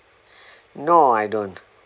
no I don't